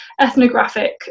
ethnographic